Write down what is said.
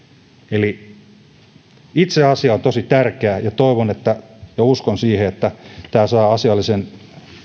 itse asia on tosi tärkeä ja toivon ja uskon siihen että tämä saa asiallisen